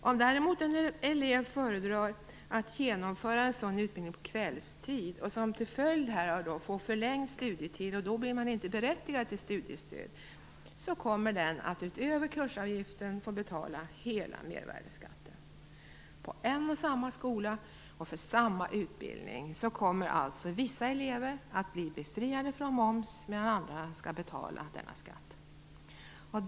Om däremot en elev föredrar att genomföra en sådan utbildning på kvällstid så att följden blir en förlängd studietid, blir eleven inte berättigad till studiestöd. Då kommer eleven att utöver kursavgiften få betala hela mervärdesskatten. På en och samma skola och för en och samma utbildning kommer alltså vissa elever att bli befriade från moms medan andra skall betala denna skatt.